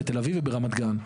בתל אביב וברמת גן.